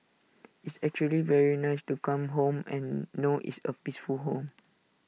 it's actually very nice to come home and know it's A peaceful home